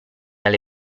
alle